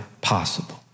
possible